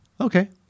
okay